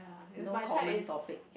no common topic